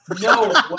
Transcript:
No